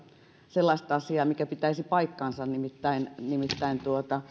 sellaista asiaa mikä pitäisi paikkansa nimittäin nimittäin